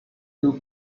two